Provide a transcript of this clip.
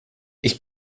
ich